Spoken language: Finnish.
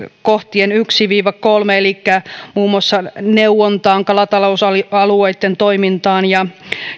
kohtien yksi viiva kolme elikkä muun muassa neuvontaan kalatalousalueitten toimintaan ja